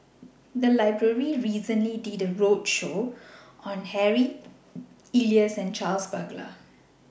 The Library recently did A roadshow on Harry Elias and Charles Paglar